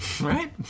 Right